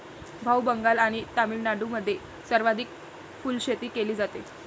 भाऊ, बंगाल आणि तामिळनाडूमध्ये सर्वाधिक फुलशेती केली जाते